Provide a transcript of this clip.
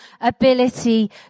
ability